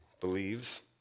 believes